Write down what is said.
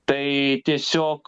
tai tiesiog